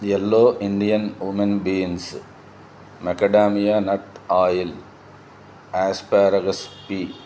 yellow Indian women beans macadamia nut oil asparagus P